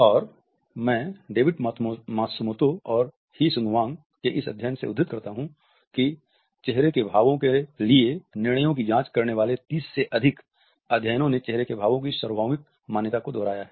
और मैं David Matsumoto और ही सुंग ह्वांग के इस अध्ययन से उद्धृत करता हूं कि चेहरे के भावों के लिए निर्णयों की जांच करने वाले 30 से अधिक अध्ययनों ने चेहरे के भावो की सार्वभौमिक मान्यता को दोहराया है